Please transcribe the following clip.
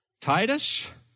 Titus